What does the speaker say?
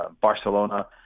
Barcelona